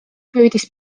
püüdis